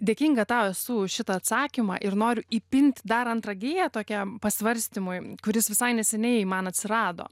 dėkinga tau esu už šitą atsakymą ir noriu įpinti dar antrą giją tokiam pasvarstymui kuris visai neseniai man atsirado